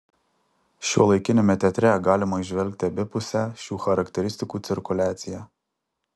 šiuolaikiniame teatre galima įžvelgti abipusę šių charakteristikų cirkuliaciją